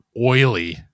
oily